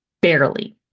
barely